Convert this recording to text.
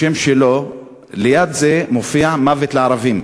בשם שלו, ליד זה מופיע "מוות לערבים".